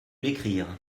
l’écrire